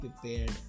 prepared